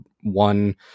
one